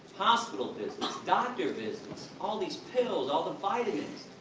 hospital visits, doctor visits, all these pills, all the vitamins,